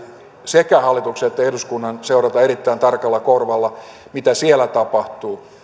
sekä hallituksen että eduskunnan seurata erittäin tarkalla korvalla mitä siellä tapahtuu